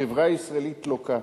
החברה הישראלית לוקה,